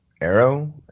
arrow